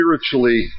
spiritually